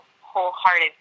wholehearted